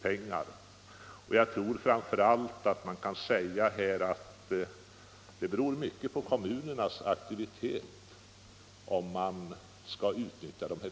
Jag tror man kan säga att det ofta beror på kommunernas aktivitet om dessa pengar utnyttjas.